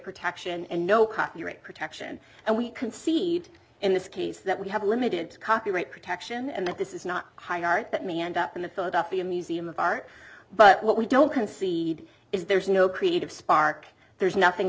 protection and no copyright protection and we concede in this case that we have a limited copyright protection and that this is not high art that may end up in the philadelphia museum of art but what we don't concede is there is no creative spark there's nothing